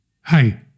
Hi